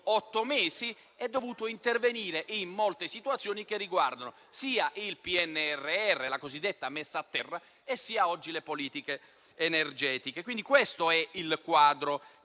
otto mesi è dovuto intervenire in molte situazioni che riguardano sia il PNRR, per la cosiddetta messa a terra, sia oggi le politiche energetiche. Questo è quindi il quadro